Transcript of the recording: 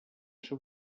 seu